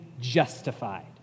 justified